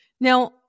Now